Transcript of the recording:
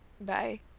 Bye